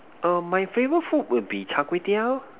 err my favorite food would be Char-Kway-Teow